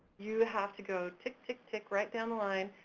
you have to go tic tic tic right down the line,